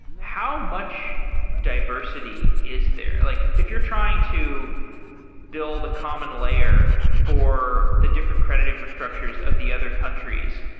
how much diversity is there? like if you're trying to build a common layer for the different credit infrastructures of the other countries,